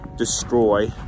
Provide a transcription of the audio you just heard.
destroy